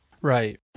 Right